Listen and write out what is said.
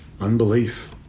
unbelief